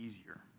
easier